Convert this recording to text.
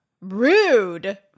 Rude